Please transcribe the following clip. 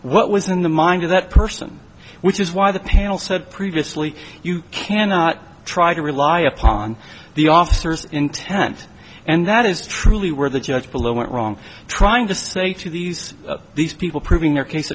what was in the mind of that person which is why the panel said previously you cannot try to rely upon the author's intent and that is truly where the judge below went wrong trying to say to these these people proving their case